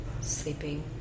sleeping